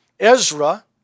Ezra